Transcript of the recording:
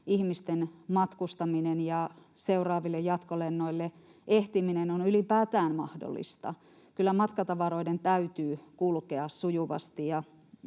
ihmisten matkustaminen ja seuraaville jatkolennoille ehtiminen on ylipäätään mahdollista. Kyllä matkatavaroiden täytyy kulkea sujuvasti